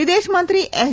વિદેશમંત્રી એસ